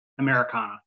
Americana